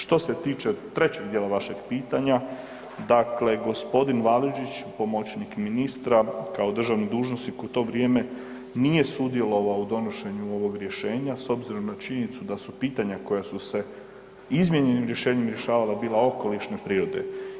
Što se tiče trećeg dijela vašeg pitanja, dakle gospodin Validžić, pomoćnik ministra kao državni dužnosnik u to vrijeme nije sudjelovao u donošenju ovog rješenja s obzirom na činjenicu da su pitanja koja su se izmijenjenim rješenjem rješavala bila okolišne prirode.